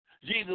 Jesus